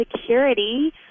security